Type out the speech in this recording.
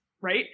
right